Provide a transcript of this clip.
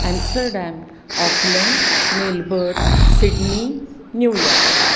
Amsterdam Auckland Melbourne Sydney New York